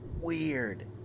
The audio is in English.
weird